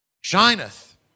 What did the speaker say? Shineth